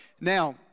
Now